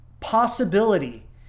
possibility